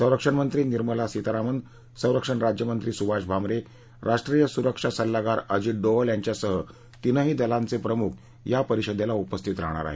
संरक्षण मंत्री निर्मला सीतारामन संरक्षण राज्यमंत्री सुभाष भामरे राष्ट्रीय सुरक्षा सल्लागार अजित डोवल यांच्यासह तीनही दलांचे प्रमुख या परिषदेला उपस्थित राहणार आहेत